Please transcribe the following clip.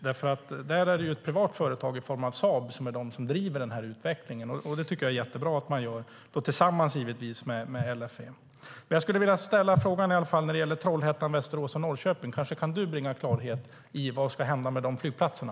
Det är ett privat företag i form av Saab som driver utvecklingen. Det är bra, givetvis tillsammans med LFV. Jag vill ändå ställa min fråga om Trollhättan, Västerås och Norrköping. Kanske du bringa klarhet i vad som ska hända med de flygplatserna.